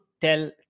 tell